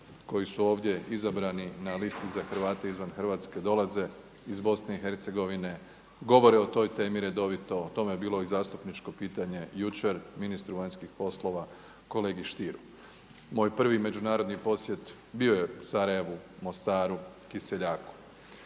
koji su ovdje izabrani na listi za Hrvate izvan Hrvatske dolaze iz Bosne i Hercegovine, govore o toj temi redovito, o tome je bilo i zastupničko pitanje jučer ministru vanjskih poslova kolegi Stieru. Moj prvi međunarodni posjet bio je Sarajevu, Mostaru, Kiseljaku.